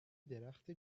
درخت